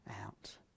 out